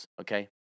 okay